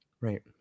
Right